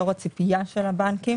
לאור ציפיית הבנקים.